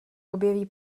objeví